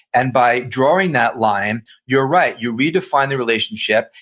and by drawing that line you're right you redefine the relationship,